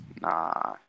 Nah